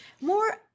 more